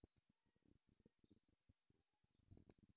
खरीफ season मे संकर धान कोन विधि ले लगा सकथन?